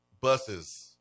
buses